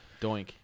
doink